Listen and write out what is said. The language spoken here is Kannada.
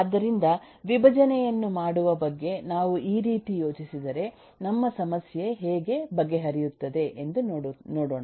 ಆದ್ದರಿಂದ ವಿಭಜನೆಯನ್ನು ಮಾಡುವ ಬಗ್ಗೆ ನಾವು ಈ ರೀತಿ ಯೋಚಿಸಿದರೆ ನಮ್ಮ ಸಮಸ್ಯೆ ಹೇಗೆ ಬಗೆಹರಿಯುತ್ತಿದೆ ಎಂದು ನೋಡೋಣ